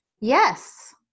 Yes